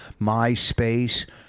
MySpace